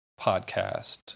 podcast